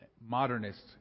modernist